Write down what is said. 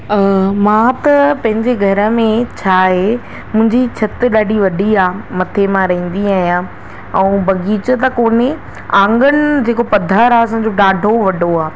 मां त पंहिंजे घर में छा आहे मुंहिंजी छिति ॾाढी वॾी आहे मथे मां रहंदी आहियां ऐं बाग़ीचो त कोन्हे आंगन जेको पदरु आहे ॾाढो वॾो आहे